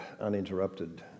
uninterrupted